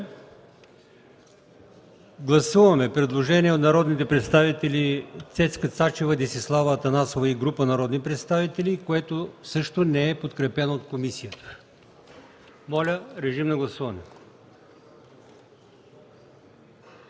гласуваме предложение на народния представител Цецка Цачева и група народни представители, което не е подкрепено от комисията. Моля, режим на гласуване.